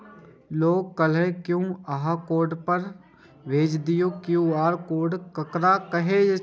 लोग कहलक QR code पर पाय भेज दियौ से क्यू.आर कोड ककरा कहै छै?